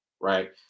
Right